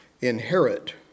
inherit